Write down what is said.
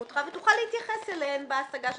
אותך ותוכל להתייחס אליהן בהשגה שלך.